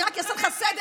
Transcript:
אני רק אעשה לך סדר,